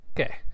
Okay